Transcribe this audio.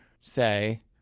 say